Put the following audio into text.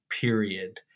Period